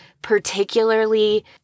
particularly